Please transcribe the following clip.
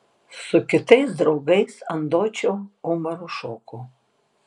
su kitais draugais ant dočio umaru šoko